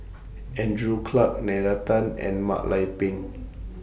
Andrew Clarke Nalla Tan and Mak Lai Peng